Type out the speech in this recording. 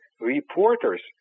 reporters